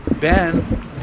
Ben